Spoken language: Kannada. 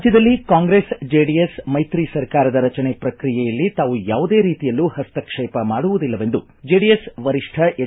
ರಾಜ್ಯದಲ್ಲಿ ಕಾಂಗ್ರೆಸ್ ಜೆಡಿಎಸ್ ಮೈತ್ರಿ ಸರ್ಕಾರದ ರಚನೆ ಪ್ರಕ್ರಿಯೆಯಲ್ಲಿ ತಾವು ಯಾವುದೇ ರೀತಿಯಲ್ಲೂ ಹಸ್ತಕ್ಷೇಪ ಮಾಡುವುದಿಲ್ಲವೆಂದು ಜೆಡಿಎಸ್ ವರಿಷ್ಠ ಹೆಚ್